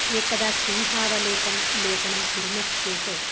एकदा सिंहावलोकनं लोकनं कुर्मश्चेत्